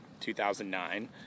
2009